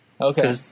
Okay